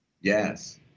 Yes